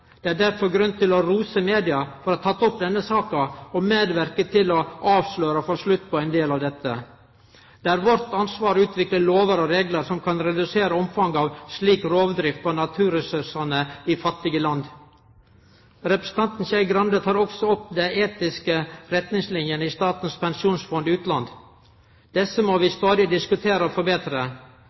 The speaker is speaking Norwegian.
Det er derfor grunn til å rose media for å ha tatt opp denne saka og medverka til å avsløre og å få slutt på ein del av dette. Det er vårt ansvar å utvikle lover og reglar som kan redusere omfanget av slik rovdrift på naturressursane i fattige land. Representanten Skei Grande tek også opp dei etiske retningslinene i Statens pensjonsfond utland. Desse må vi stadig diskutere og forbetre.